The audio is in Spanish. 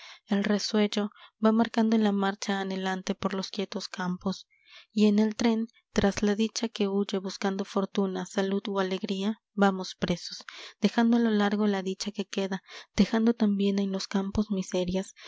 el resuello va marcando la marcha anhelante por los quietos campos y en el tren tras la dicha que huye buscando fortuna salud o alegría vamos presos dejando a lo largo la dicha que queda dejando tambiénjen los campos miserias